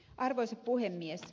arvoisa puhemies